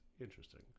interesting